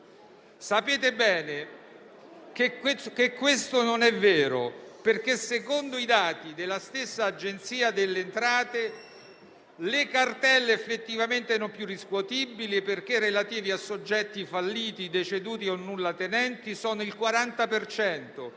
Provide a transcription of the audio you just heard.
Sapete bene che questo non è vero, perché secondo i dati della stessa Agenzia delle entrate le cartelle effettivamente non più riscuotibili, perché relative a soggetti falliti, deceduti o nullatenenti, sono il 40